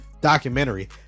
documentary